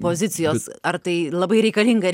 pozicijos ar tai labai reikalinga ir